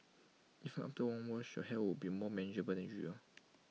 even after one wash your hair would be more manageable than usual